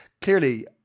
clearly